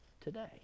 today